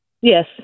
Yes